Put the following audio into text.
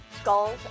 skulls